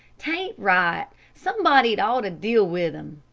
t ain't right somebody'd ought to deal with him.